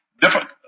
different